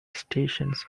stations